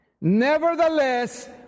Nevertheless